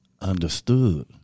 Understood